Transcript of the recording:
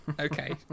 okay